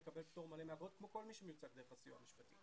מקבל פטור מלא מאגרות כמו כל מי שמיוצג דרך הסיוע המשפטי.